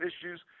issues